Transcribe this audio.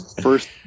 First